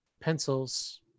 pencils